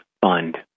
fund